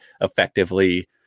effectively